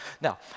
Now